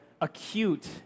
acute